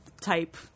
type